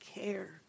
care